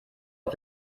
auf